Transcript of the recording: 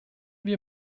wir